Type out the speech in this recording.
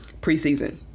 preseason